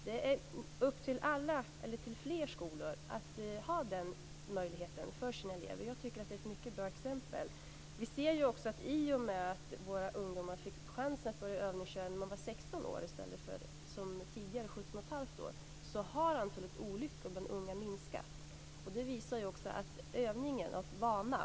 Det är upp till fler skolor att ha den möjligheten för sina elever. Jag tycker att det är ett mycket bra exempel. Vi ser ju också att i och med att våra ungdomar fick chans att börja övningsköra vid 16 år i stället för som tidigare 17 1⁄2 år har antalet olyckor bland unga minskat. Det visar också att övningen och vanan är viktig.